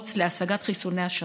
למרוץ להשגת חיסוני השפעת.